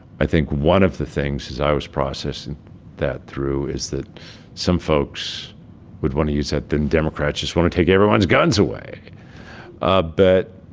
i think one of the things is i was processing that through is that some folks would want to use that them democrats just want to take everyone's guns away ah but,